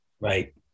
Right